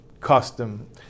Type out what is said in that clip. custom